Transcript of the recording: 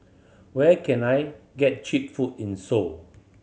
where can I get cheap food in Seoul